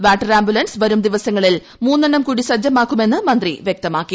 water ambulance വരും ദിവസങ്ങളിൽ മുന്നെണ്ണം കൂടി സജ്ജമാക്കുമെന്ന് മന്ത്രി വ്യക്തമാക്കി